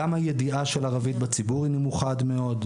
גם הידיעה של ערבית בציבור היא נמוכה מאוד.